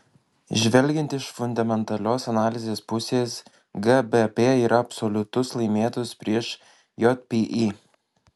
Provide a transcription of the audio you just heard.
žvelgiant iš fundamentalios analizės pusės gbp yra absoliutus laimėtojas prieš jpy